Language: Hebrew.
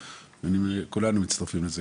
כולנו מצטרפים לזה,